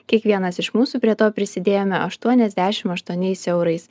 kiekvienas iš mūsų prie to prisidėjome aštuoniasdešimt aštuoniais eurais